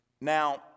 Now